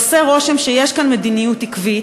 עושה רושם שיש כאן מדיניות עקבית.